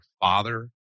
father